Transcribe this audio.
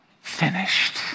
finished